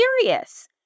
serious